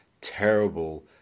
terrible